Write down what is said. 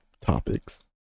topics